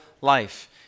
life